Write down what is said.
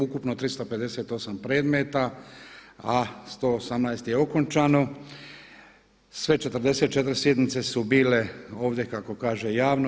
Ukupno 358 predmeta, a 118 je okončano, sve 44 sjednice su bile ovdje kako kaže javno.